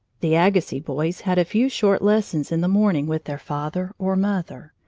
the agassiz boys had a few short lessons in the morning with their father or mother,